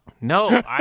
No